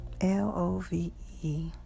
L-O-V-E